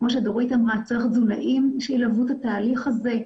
כמו שדורית אמרה צריך תזונאים שילוו את התהליך הזה.